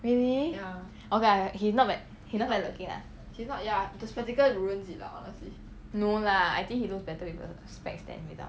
really okay lah he not bad he not bad looking lah no lah I think he looks better with the specs than without